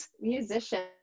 musician